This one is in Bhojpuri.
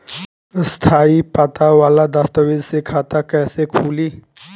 स्थायी पता वाला दस्तावेज़ से खाता कैसे खुली?